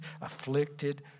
afflicted